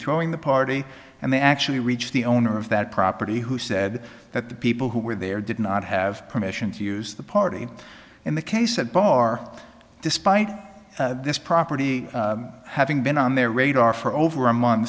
throwing the party and they actually reached the owner of that property who said that the people who were there did not have permission to use the party in the case at bar despite this property having been on their radar for over a month